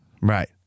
Right